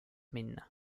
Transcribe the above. minna